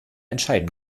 entscheiden